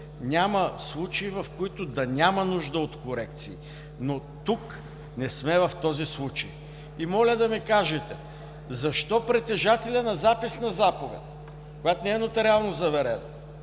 Няма случаи, в които да няма нужда от корекции, но тук не сме в този случай. И моля да ми кажете: защо притежателят на запис на заповед, която не е нотариално заверена,